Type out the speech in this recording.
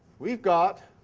we've got